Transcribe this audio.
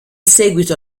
seguito